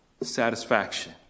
satisfaction